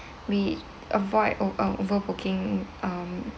we avoid uh overbooking um